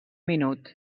minut